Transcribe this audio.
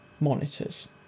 monitors